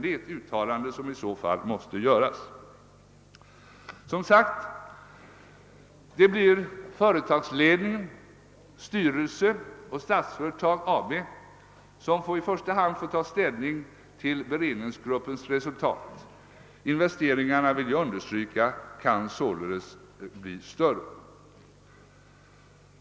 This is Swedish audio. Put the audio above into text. Det blir nu företagsledningen, styrelsen och Statsföretag AB som i första hand får ta ställning till beredningsgruppens resultat. Jag vill understryka att investeringarna således kan komma att bli större.